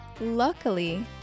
luckily